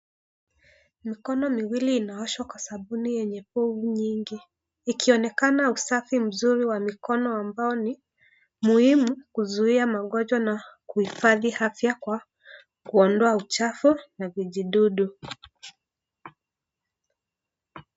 Mikono miwili inaoshwa Kwa sabuni yenye bovu nyingi, ikionekana usafi mzuri wa mikono ambao ni muhimu kuzuia magonjwa na kuhifadhi afya kwa kuondoa uchafu na vijidudu.